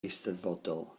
eisteddfodol